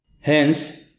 Hence